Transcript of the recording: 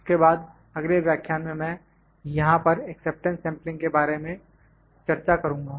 उसके बाद अगले व्याख्यान में मैं यहां पर एक्सेप्टेंस सेंपलिंग के बारे में चर्चा करूँगा